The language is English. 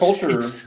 culture